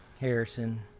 Harrison